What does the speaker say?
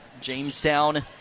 Jamestown